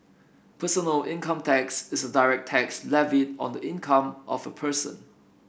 personal income tax is a direct tax levied on the income of a person